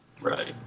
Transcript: Right